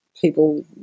people